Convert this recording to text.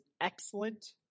excellent